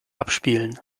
abspielen